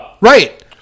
Right